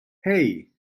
hey